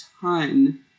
ton